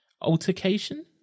Altercation